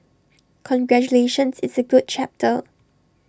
congratulations it's A good chapter